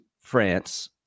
France